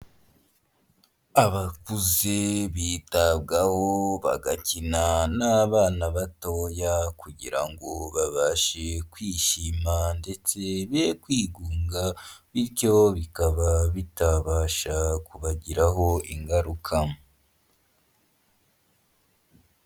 Abakuze bitabwaho bagakina n'abana batoya kugira ngo babashe kwishima ndetse be kwigunga bityo bikaba bitabasha kubagiraho ingaruka.